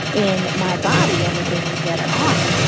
in my body and the things that are on it.